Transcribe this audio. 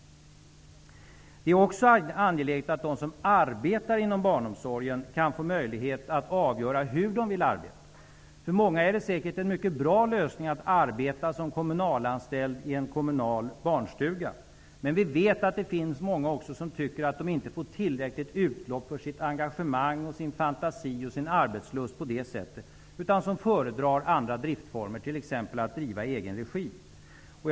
Det är också angeläget att de som arbetar inom barnomsorgen kan få möjlighet att avgöra hur de skall arbeta. För många är det säkerligen en mycket bra lösning att arbeta som kommunalanställd i en kommunal barnstuga, men vi vet att det också finns många som tycker att de inte får tillräckligt utlopp för sitt engagemang, sin fantasi och sin arbetslust på det sättet utan som föredrar andra driftsformer, t.ex. egenregiarbete.